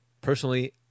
personally